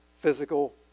Physical